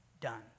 done